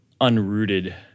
unrooted